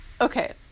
Okay